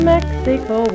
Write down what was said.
Mexico